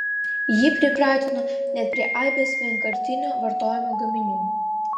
ji pripratino net prie aibės vienkartinio vartojimo gaminių